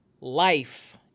life